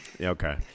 Okay